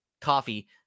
coffee